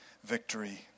victory